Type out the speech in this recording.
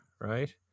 right